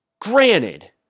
Granted